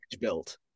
built